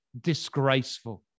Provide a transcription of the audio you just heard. disgraceful